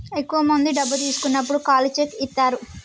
ఎక్కువ మంది డబ్బు తీసుకున్నప్పుడు ఖాళీ చెక్ ఇత్తారు